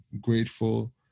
grateful